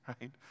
Right